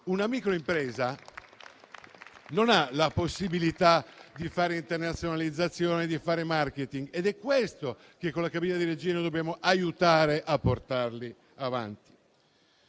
Una microimpresa non ha la possibilità di fare internazionalizzazione e di fare *marketing* ed è per questo che, con la cabina di regia, noi dobbiamo aiutarla e portarla avanti.